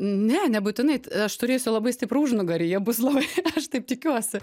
ne nebūtinai t aš turėsiu labai stiprų užnugarį jie bus labai aš taip tikiuosi